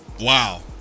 Wow